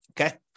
Okay